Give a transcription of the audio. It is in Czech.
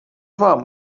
vám